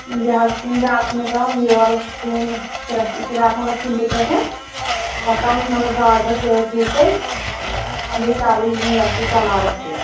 بیٚیہِ حظ بیٛاکھ چھُ مےٚ ترٛاوُن یہِ مطلب سُوُن فراک فراک مطلب سِمپٕل پٲٹھۍ پتہٕ ترٛاوُن یہِ مطلب باڈرَس ٹوٗپھٔلۍ بیٚیہِ تَلہٕ یَتھ تہٕ شَلوارَس تہِ